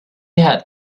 had